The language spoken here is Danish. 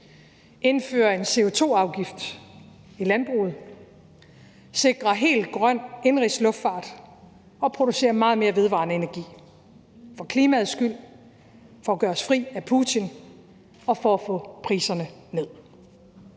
indføre en CO2-afgift i landbruget; sikre en helt grøn indenrigsluftfart; og producere meget mere vedvarende energi – for klimaets skyld, for at gøre os fri af Putin og for at få priserne ned.